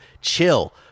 chill